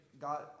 God